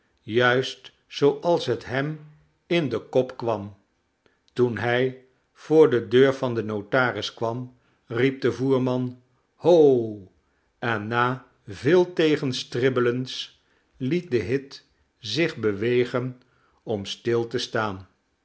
juist zooals het hem in den kop kwam toen hij voor de deur van den notaris kwam riep de voerman ho en na veel tegenstribbelens liet de hit zich bewegen om stil te staan